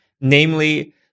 namely